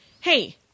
hey